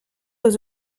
aux